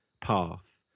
path